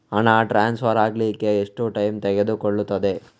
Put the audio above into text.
ಹಣ ಟ್ರಾನ್ಸ್ಫರ್ ಅಗ್ಲಿಕ್ಕೆ ಎಷ್ಟು ಟೈಮ್ ತೆಗೆದುಕೊಳ್ಳುತ್ತದೆ?